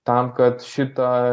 tam kad šita